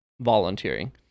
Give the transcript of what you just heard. volunteering